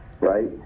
Right